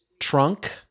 trunk